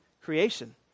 creation